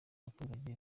baturage